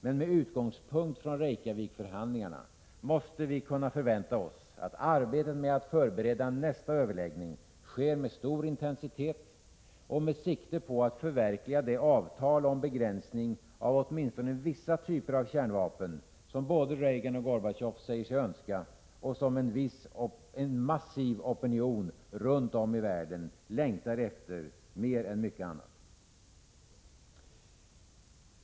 Men med utgångspunkt i Reykjavikförhandlingarna måste vi kunna förvänta oss att arbetet med att förbereda nästa överläggning sker med stor intensitet och med sikte på att förverkliga det avtal om begränsning av åtminstone vissa typer av kärnvapen som både Reagan och Gorbatjov säger sig önska och som en massiv opinion runt om i världen längtar efter mer än mycket annat.